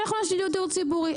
--- דיור ציבורי.